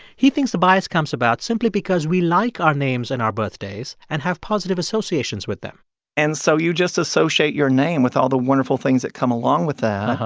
he thinks the bias comes about simply because we like our names and our birthdays and have positive associations with them and so you just associate your name with all the wonderful things that come along with that.